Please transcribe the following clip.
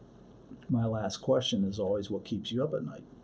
my last question is always what keeps you up at night?